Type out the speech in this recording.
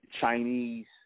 Chinese